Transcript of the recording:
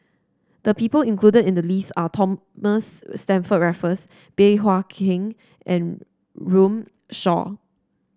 the people included in the list are Thomas Stamford Raffles Bey Hua Heng and Runme Shaw